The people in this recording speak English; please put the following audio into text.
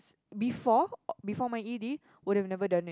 before uh before my E_D would have never done it